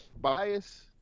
bias